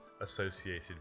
associated